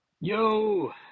yo